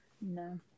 No